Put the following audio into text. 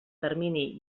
termini